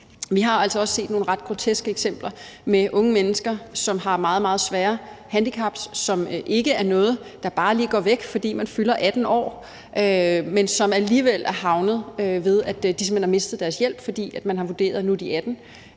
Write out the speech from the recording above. Vi har altså også set nogle ret groteske eksempler med unge mennesker, som har meget, meget svære handicaps, som ikke er noget, der bare lige går væk, fordi man fylder 18 år, men de er alligevel havnet i en situation, hvor de simpelt hen har mistet deres hjælp, fordi det er blevet vurderet, at da de nu er